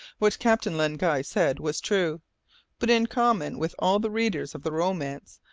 what captain len guy said was true but, in common with all the readers of the romance,